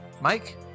Mike